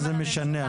מה זה משנה?